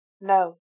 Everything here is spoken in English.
No